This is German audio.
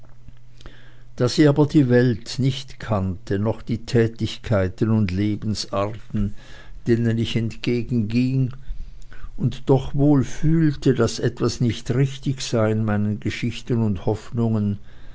da sie aber die welt nicht kannte noch die tätigkeiten und lebensarten denen ich entgegenging und doch wohl fühlte daß etwas nicht richtig sei in meinen geschichten und hoffnungen